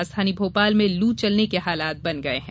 राजधानी भोपाल में लू चलने के हालत बन गये हैं